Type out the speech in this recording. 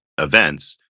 events